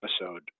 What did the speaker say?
episode